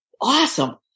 awesome